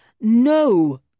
No